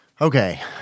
Okay